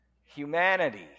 Humanity